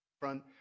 front